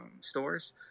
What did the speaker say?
stores